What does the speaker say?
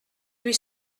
huit